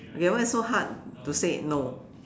okay what is so hard to say no